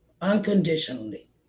unconditionally